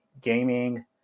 gaming